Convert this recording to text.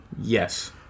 Yes